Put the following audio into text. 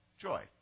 joy